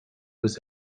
was